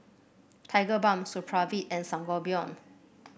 Tigerbalm Supravit and Sangobion